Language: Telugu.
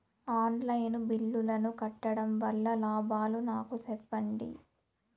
ఆన్ లైను బిల్లుల ను కట్టడం వల్ల లాభాలు నాకు సెప్పండి?